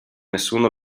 nessuno